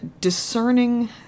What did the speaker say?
discerning